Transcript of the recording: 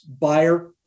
buyer